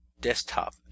desktop